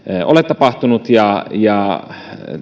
ole tapahtunut ja ja